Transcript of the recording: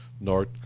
North